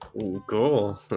Cool